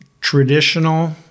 traditional